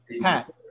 Pat